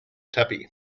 tuppy